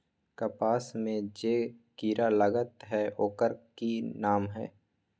कपास में जे किरा लागत है ओकर कि नाम है?